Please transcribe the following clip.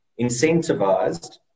incentivized